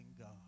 God